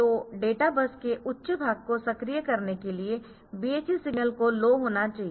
तो data bus के उच्च भाग को सक्रिय करने के लिए BHE सिग्नल लो होना चाहिए